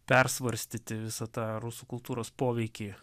persvarstyti visą tą rusų kultūros poveikį